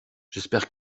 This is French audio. j’espère